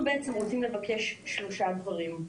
אנחנו בעצם רוצים לבקש שלושה דברים.